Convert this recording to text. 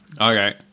okay